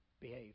behave